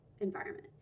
environment